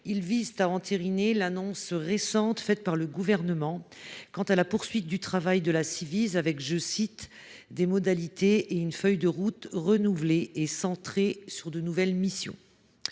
vise à entériner l’annonce récente faite par le Gouvernement sur la poursuite du travail de la Ciivise avec « des modalités et une feuille de route renouvelées et centrées sur de nouvelles missions ».